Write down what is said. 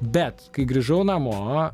bet kai grįžau namo